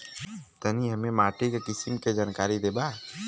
तनि हमें माटी के किसीम के जानकारी देबा?